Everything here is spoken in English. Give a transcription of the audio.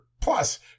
plus